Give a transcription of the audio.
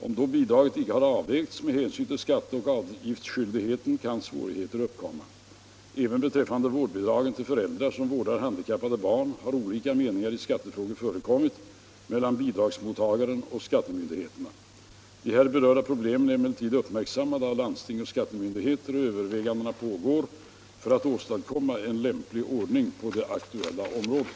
Om bidraget då inte har avvägts med hänsyn till skatte och avgiftsskyldigheten kan svårigheter uppkomma. Även beträffande vårdbidragen till föräldrar som vårdar handikappade barn har olika meningar i skattefrågor förekommit mellan bidragsmottagare och skattemyndigheter. De här berörda problemen är emellertid uppmärksammade av landsting och skattemyndigheter, och överväganden pågår för att åstadkomma en lämplig ordning på det aktuella området.